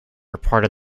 reported